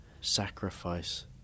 sacrifice